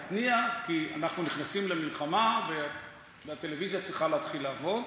תתניע כי אנחנו נכנסים למלחמה והטלוויזיה צריכה להתחיל לעבוד.